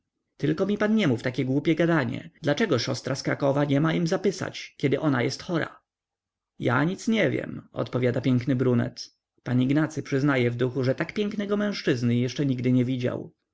tylko mi pan nie mów takie głupie gadanie dlaczego szostra z krakowa nie ma im zapysać kiedy ona jest chora ja nic nie wiem odpowiada piękny brunet pan ignacy przyznaje w duchu że tak pięknego mężczyzny nigdy jeszcze nie widział